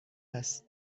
است